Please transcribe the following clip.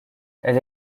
elle